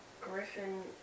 Griffin